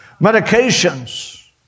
medications